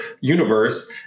universe